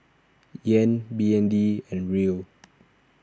Yen B N D and Riel